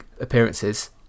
appearances